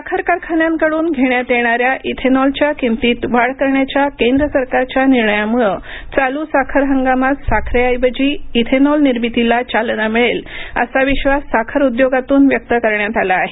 साखर कारखान्यांकडून घेण्यात येणाऱ्या इथेनॉलच्या किमतीत वाढ करण्याच्या केंद्र सरकारच्या निर्णयामुळं चालू साखर हंगामात साखरेऐवजी इथेनॉल निर्मितीला चालना मिळेल असा विश्वास साखर उद्योगातून व्यक्त करण्यात आला आहे